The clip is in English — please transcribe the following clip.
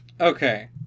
Okay